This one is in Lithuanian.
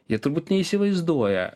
jie turbūt neįsivaizduoja